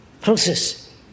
process